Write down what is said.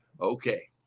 okay